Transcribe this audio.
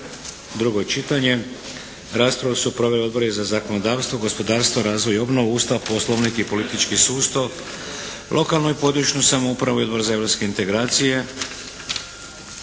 Drugo čitanje. Raspravu su proveli Odbori za zakonodavstvo, gospodarstvo, razvoj i obnovu, Ustav, Poslovnik i politički sustav, lokalnu i područnu samoupravu i Odbor za europske integracije.